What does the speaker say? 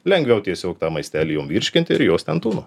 lengviau tiesiog tą maistelį jom virškinti ir jos ten tūno